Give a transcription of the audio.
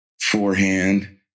forehand